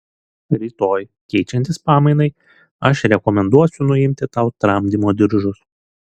rytoj keičiantis pamainai aš rekomenduosiu nuimti tau tramdymo diržus